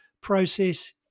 process